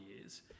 years